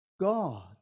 God